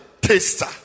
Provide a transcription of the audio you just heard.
taster